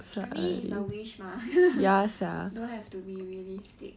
I mean it's a wish mah don't have to be realistic